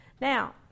Now